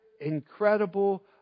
incredible